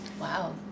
Wow